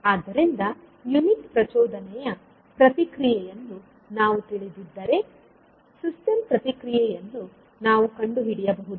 ಆದ್ದರಿಂದ ಯುನಿಟ್ ಪ್ರಚೋದನೆಯ ಪ್ರತಿಕ್ರಿಯೆಯನ್ನು ನಾವು ತಿಳಿದಿದ್ದರೆ ಸಿಸ್ಟಮ್ನ ಪ್ರತಿಕ್ರಿಯೆಯನ್ನು ನಾವು ಕಂಡುಹಿಡಿಯಬಹುದು